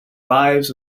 lives